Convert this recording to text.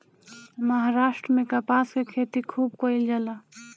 महाराष्ट्र में कपास के खेती खूब कईल जाला